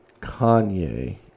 Kanye